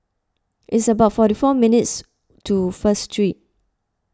it's about forty four minutes' walk to First Street